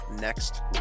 next